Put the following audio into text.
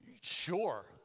Sure